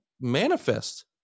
manifest